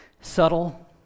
subtle